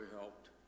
helped